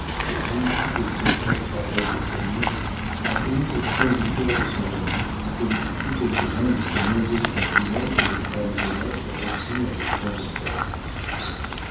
rougi des traîtresses paroles de camille atteignait au fond du cœur de son amie et y piquait quelques-uns de ces mauvais sentiments que les femmes honnêtes répriment avec tant de peine